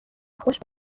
خوش